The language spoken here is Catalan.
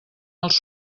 els